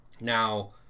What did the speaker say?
Now